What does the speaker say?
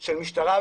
של משטרה.